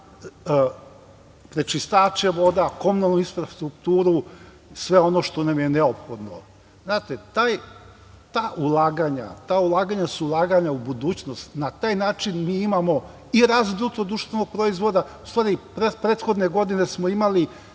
prečistače voda, komunalnu infrastrukturu, sve ono što nam je neophodno. Znate, ta ulaganja su ulaganja u budućnost. Na taj način mi imamo i rast BDP, u stvari prethodne godine smo imali